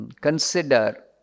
Consider